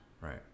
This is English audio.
right